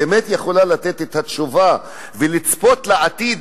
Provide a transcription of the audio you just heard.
באמת יכולה לתת את התשובה ולצפות לעתיד,